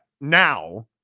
Now